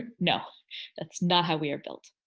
you know that's not how we are built.